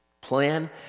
plan